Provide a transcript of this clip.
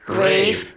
rave